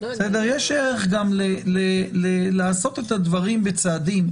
יש ערך גם לעשות את הדברים בצעדים.